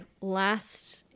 last